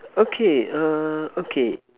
okay err okay